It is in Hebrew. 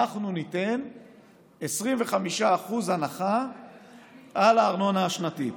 אנחנו ניתן 25% הנחה בארנונה השנתית.